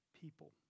people